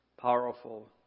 powerful